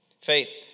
Faith